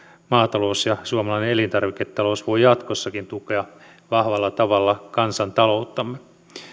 maatalous ja suomalainen elintarviketalous voivat jatkossakin tukea vahvalla tavalla kansantalouttamme